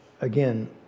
again